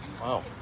Wow